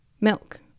milk